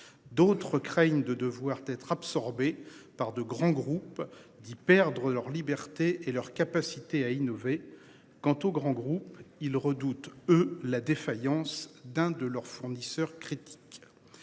D'autres craignent de devoir être absorbé par de grands groupes d'y perdre leur liberté et leur capacité à innover. Quant aux grands groupes, ils redoutent eux la défaillance d'un de leurs fournisseurs critique.